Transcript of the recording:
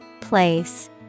Place